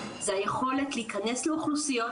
זה היכולת להיכנס לאוכלוסיות,